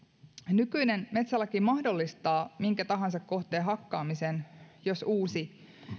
nykyinen metsälaki mahdollistaa minkä tahansa kohteen hakkaamisen jos uusi